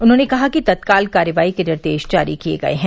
उन्होंने कहा कि तत्काल कार्रवाई के निर्देश जारी किये गये हैं